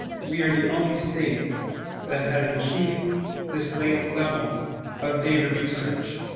we are the only state that has achieved this layer level of data research.